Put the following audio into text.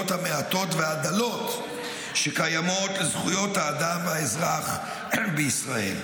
המעטות והדלות שקיימות לזכויות האדם והאזרח בישראל: